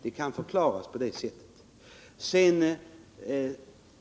Det kan förklaras på det sättet.